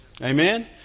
Amen